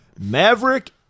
Maverick